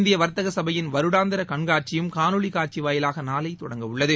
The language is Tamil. இந்திய வர்த்தக சபையின் வருடாந்திர கண்காட்சியும் காணொலி காட்சி வாயிலாக நாளை தொடங்கவுள்ளது